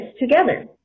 together